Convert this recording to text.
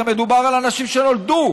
הרי מדובר על אנשים שנולדו,